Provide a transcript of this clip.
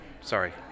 sorry